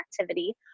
activity